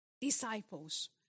Disciples